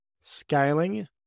scaling